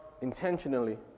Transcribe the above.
intentionally